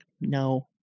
no